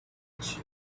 beach